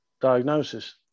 diagnosis